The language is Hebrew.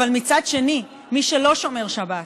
מצד שני, מי שלא שומר שבת,